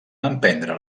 emprendre